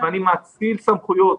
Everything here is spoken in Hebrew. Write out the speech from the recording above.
אני מאציל סמכויות,